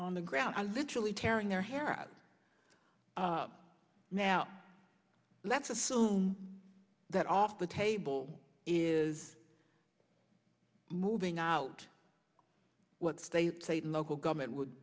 on the ground are literally tearing their hair out now let's assume that off the table is moving out what state local government would